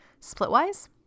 splitwise